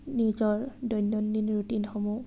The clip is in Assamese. নিজৰ দৈনন্দিন ৰুটিনসমূহ